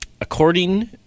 according